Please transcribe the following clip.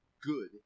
good